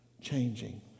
Changing